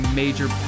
major